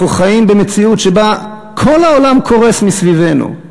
אנחנו חיים במציאות שבה כל העולם קורס מסביבנו.